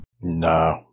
No